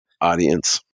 audience